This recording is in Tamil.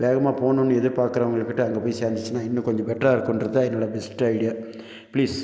வேகமாக போகணுன்னு எதிர்பார்க்குறவங்கக்கிட்ட அங்கே போய் சேர்ந்துச்சுன்னா இன்னும் கொஞ்சம் பெட்டராக இருக்கும்ன்றது தான் என்னோடய பெஸ்ட்டு ஐடியா ப்ளீஸ்